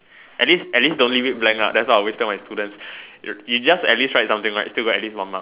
at least as least don't leave it blank ah that's what I always tell my students you you just at least write something right that's still got at least one mark